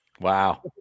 Wow